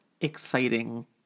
exciting